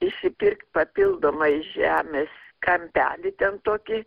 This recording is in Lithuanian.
išsipirkt papildomai žemės kampelį ten tokį